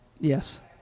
Yes